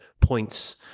points